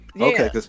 Okay